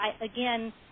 again